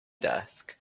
desk